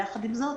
עם זאת,